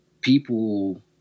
People